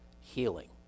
healing